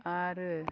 आरो